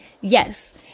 yes